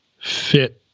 fit